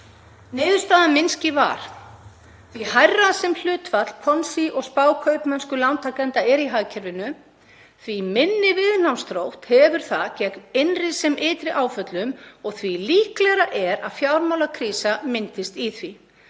Niðurstaða Minskys var: „Því hærra sem hlutfall Ponzi- og spákaupmennskulántakenda er í hagkerfinu því minni viðnámsþrótt hefur það gegn innri sem ytri áföllum og því líklegra er að fjármálakrísa myndist í því.